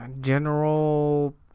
General